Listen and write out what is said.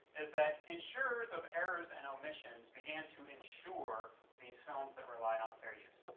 is that insurers of errors and omissions began to insure these films that relied on fair use.